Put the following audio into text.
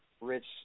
rich